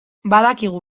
badakigu